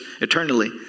eternally